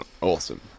awesome